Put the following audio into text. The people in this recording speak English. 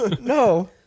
No